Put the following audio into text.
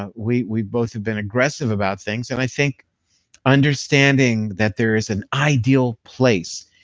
ah we we both have been aggressive about things and i think understanding that there is an ideal place.